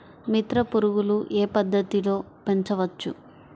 మిత్ర పురుగులు ఏ పద్దతిలో పెంచవచ్చు?